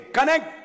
Connect